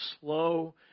Slow